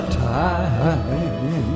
time